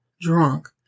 drunk